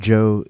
Joe